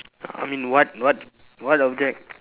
I mean what what what object